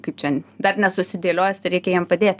kaip čia dar nesusidėliojęs tai reikia jam padėt